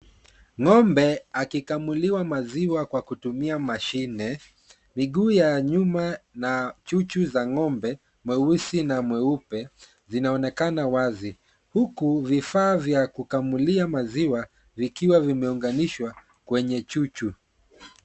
Ng'ombe akikamuliwa maziwa kwa kutumia mashine. Miguu ya nyuma na chuchu za ng'ombe mweusi na mweupe zinaonekana wazi huku vifaa vya kukamulia maziwa vikiwa vimeunganishwa kwenye chuchu.